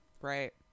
Right